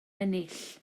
ennill